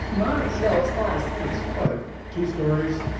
modest? no, it's modest. it's what? ah two stories,